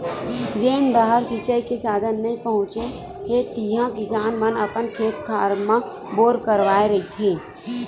जेन डाहर सिचई के साधन नइ पहुचे हे तिहा किसान मन अपन खेत खार म बोर करवाए रहिथे